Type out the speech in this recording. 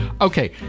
Okay